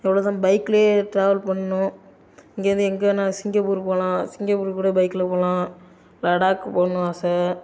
எவ்வளோதான் பைக்லயே ட்ராவல் பண்ணும் இங்கேருந்து எங்கனா சிங்கப்பூர் போகலாம் சிங்கப்பூர் கூட பைக்ல போகலாம் லடாக் போணும்னு ஆசை